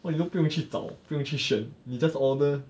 !walao! 不用去找不用选你 just order